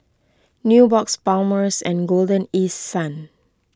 Nubox Palmer's and Golden East Sun